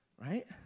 Right